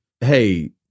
hey